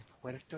Puerto